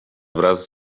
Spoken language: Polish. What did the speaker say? wraz